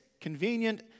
convenient